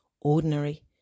ordinary